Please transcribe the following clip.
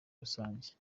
rusange